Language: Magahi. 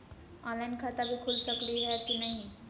ऑनलाइन खाता भी खुल सकली है कि नही?